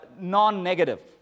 non-negative